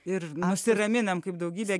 ir nusiraminame kaip daugybė